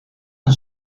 een